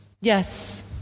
Yes